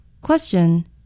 Question